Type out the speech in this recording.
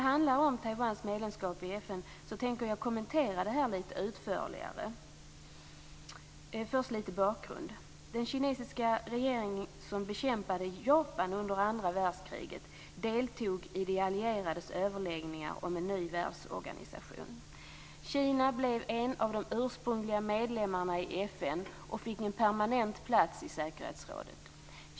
Frågan om Taiwans medlemskap i FN tänker jag kommentera lite utförligare. Först lite bakgrund. Den kinesiska regering som bekämpade Japan under andra världskriget deltog i de allierades överläggningar om en ny världsorganisation. Kina blev en av de ursprungliga medlemmarna i FN och fick en permanent plats i säkerhetsrådet.